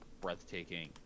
breathtaking